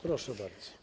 Proszę bardzo.